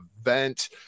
event